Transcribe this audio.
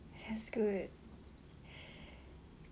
has good